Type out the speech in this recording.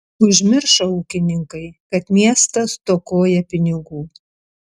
užmiršo ūkininkai kad miestas stokoja pinigų